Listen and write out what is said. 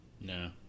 no